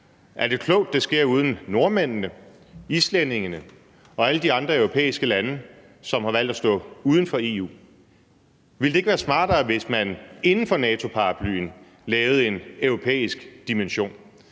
Er det klogt, at det sker uden nordmændene, islændingene og alle de andre europæiske lande, som har valgt at stå uden for EU? Ville det ikke være smartere, hvis man inden for NATO-paraplyen lavede en europæisk dimension,